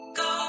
go